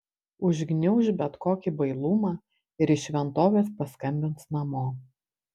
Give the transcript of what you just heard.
užgniauš bet kokį bailumą ir iš šventovės paskambins namo